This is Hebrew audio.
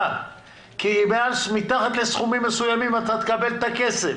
כי מתחת לסכומים מסוימים אתה תקבל את הכסף